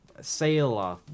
Sailor